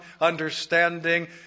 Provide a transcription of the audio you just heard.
understanding